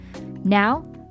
Now